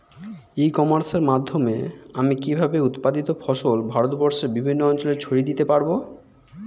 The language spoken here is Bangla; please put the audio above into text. ই কমার্সের মাধ্যমে আমি কিভাবে উৎপাদিত ফসল ভারতবর্ষে বিভিন্ন অঞ্চলে ছড়িয়ে দিতে পারো?